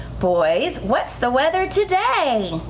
boys west. the weather today.